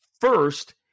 First